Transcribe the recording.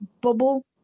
Bubble